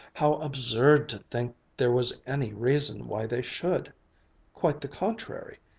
how absurd to think there was any reason why they should quite the contrary,